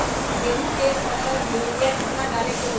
गेंहू के एक फसल में यूरिया केतना डाले के होई?